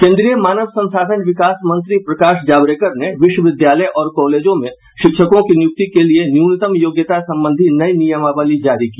केन्द्रीय मानव संसाधन विकास मंत्री प्रकाश जावडेकर ने विश्वविद्यालय और कॉलेजों में शिक्षकों की नियुक्ति के लिए न्यूनतम योग्यता संबंधी नयी नियमावली जारी की